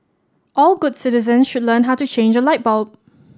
all good citizens should learn how to change a light bulb